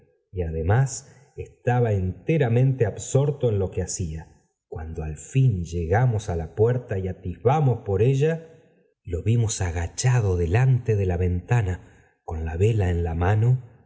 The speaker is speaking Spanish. y además estaba enteramente absorto en lo que hacía cuando al fin llegamos a la puerta y atisbamos por ella lo vimos agachado delante de la ventaría con la vela en la mano